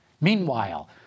Meanwhile